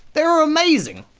they're amazing!